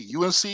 UNC